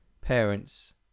parents